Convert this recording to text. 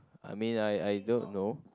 I mean I I don't know